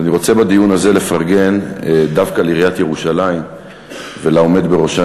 אבל אני רוצה בדיון הזה לפרגן דווקא לעיריית ירושלים ולעומד בראשה,